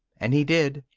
and he did.